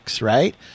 right